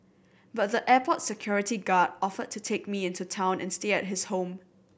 but the airport security guard offered to take me into town and stay at his home